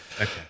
Okay